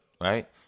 right